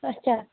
اچھا